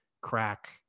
crack